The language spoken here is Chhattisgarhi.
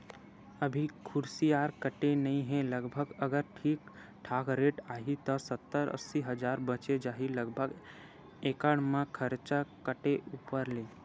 अभी कुसियार कटे नइ हे लगभग अगर ठीक ठाक रेट आही त सत्तर अस्सी हजार बचें जाही लगभग एकड़ म खरचा काटे ऊपर ले